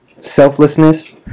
selflessness